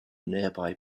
nearby